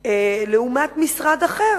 לעומת משרד אחר,